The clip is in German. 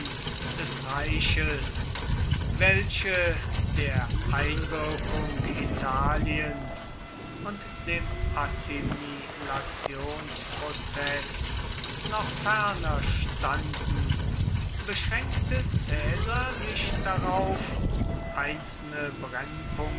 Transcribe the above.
des reiches welche der einwirkung italiens und dem assimilationsprozeß noch ferner standen beschränkte caesar sich darauf einzelne brennpunkte